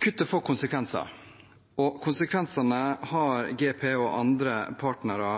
Kuttet får konsekvenser, og det er bakgrunnen for bekymringen til GPE og andre partnere